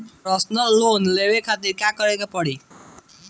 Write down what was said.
Personal loan लेवे खातिर का करे के पड़ी?